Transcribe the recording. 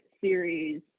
series